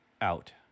out